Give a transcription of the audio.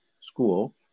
School